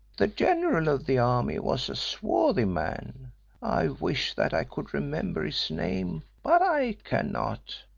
the general of the army was a swarthy man i wish that i could remember his name, but i cannot.